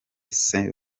saint